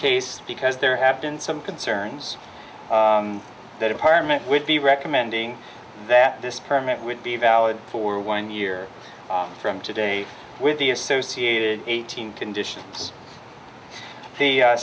case because there have been some concerns that apartment would be recommending that this permit would be valid for one year from today with the associated eighteen conditions the